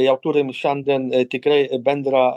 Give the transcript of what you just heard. jau turim šiandien tikrai bendrą